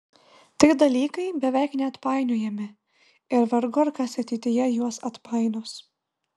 tai dalykai beveik neatpainiojami ir vargu ar kas ateityje juos atpainios